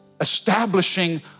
establishing